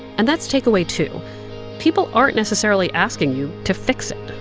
and that's takeaway two people aren't necessarily asking you to fix it